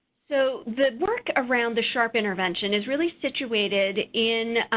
so, the work around the sharp intervention is really situated in